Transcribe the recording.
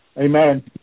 Amen